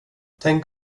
tänk